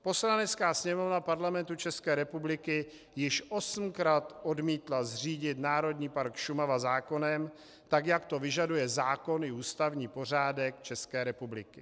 Poslanecká sněmovna Parlamentu České republiky již osmkrát odmítla zřídit Národní park Šumava zákonem, tak jak to vyžaduje zákon i ústavní pořádek České republiky.